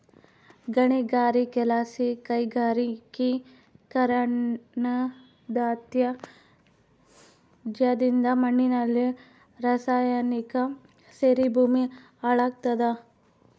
ಗಣಿಗಾರಿಕೆಲಾಸಿ ಕೈಗಾರಿಕೀಕರಣದತ್ಯಾಜ್ಯದಿಂದ ಮಣ್ಣಿನಲ್ಲಿ ರಾಸಾಯನಿಕ ಸೇರಿ ಭೂಮಿ ಹಾಳಾಗ್ತಾದ